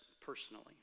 personally